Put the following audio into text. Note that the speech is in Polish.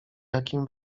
jakim